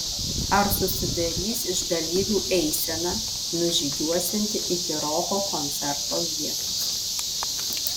ar susidarys iš dalyvių eisena nužygiuosianti iki roko koncerto vietos